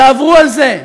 תעברו על זה.